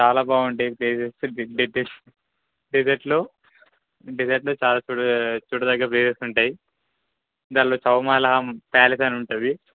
చాలా బాగుంటాయి ప్లేసెస్ డెసర్ట్లో డెసర్ట్లో చాలా చూడదగ్గ ప్లేసెస్ ఉంటాయి దాంట్లో చౌమాల ప్యాలెస్ అని ఉంటుంది